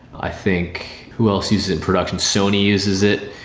i think. who else uses it production? sony uses it.